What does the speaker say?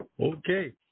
Okay